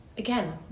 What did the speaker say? Again